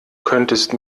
könntest